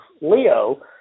Leo